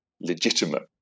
legitimate